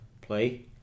play